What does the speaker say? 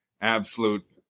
absolute